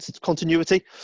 continuity